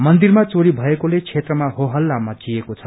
मन्दिरमा चोरी भएकोले क्षेत्रामा होहल्ला मच्चिएको छ